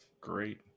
great